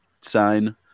sign